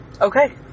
Okay